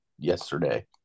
Yesterday